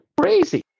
Crazy